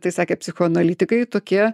tai sakė psichoanalitikai tokie